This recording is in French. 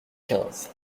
quinze